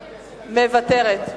מוותרת.